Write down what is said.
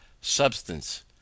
substance